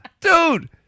Dude